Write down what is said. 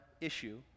issue